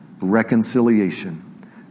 reconciliation